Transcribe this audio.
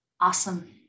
Awesome